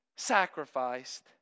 sacrificed